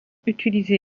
utilisé